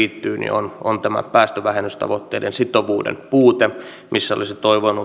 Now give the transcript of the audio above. on tämä päästövähennystavoitteiden sitovuuden puute ja olisi toivonut että maailman valtioilla